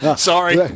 Sorry